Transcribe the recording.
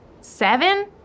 Seven